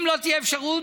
אם לא תהיה אפשרות,